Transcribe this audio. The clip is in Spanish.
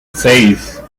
seis